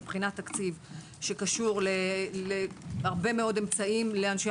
פער מבחינת התקציב שקשור להרבה מאוד אמצעים לאנשי